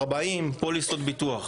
40 פוליסות ביטוח.